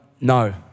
No